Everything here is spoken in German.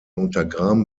untergraben